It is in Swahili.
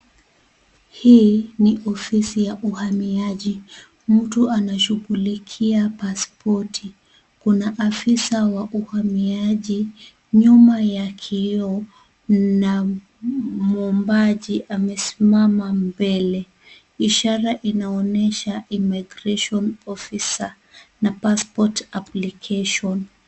Hii ni ofisi ya uhamiaji. Mtu anashughulikia pasipoti . Kuna afisa wa uhamiaji nyuma ya kioo na mwombaji amesimama mbele ishara inaonyesha " Immigration officer na passport applications ".